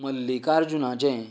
मल्लिकार्जुनाचें